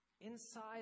Inside